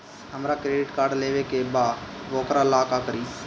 हमरा credit card लेवे के बा वोकरा ला का करी?